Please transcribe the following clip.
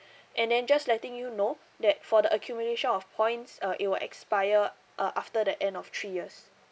and then just letting you know that for the accumulation of points uh it will expire uh after the end of three years